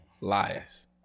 Liars